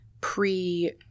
pre